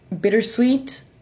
bittersweet